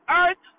earth